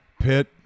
Pitt